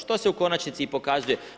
Što se u konačnici i prikazuje.